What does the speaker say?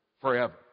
forever